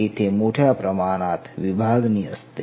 तेथे मोठ्या प्रमाणात विभागणी असते